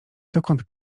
dokąd